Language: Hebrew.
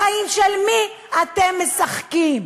בחיים שלי מי אתם משחקים?